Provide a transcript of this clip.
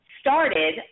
started